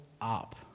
up